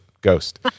ghost